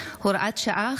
והוראת שעה,